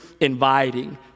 inviting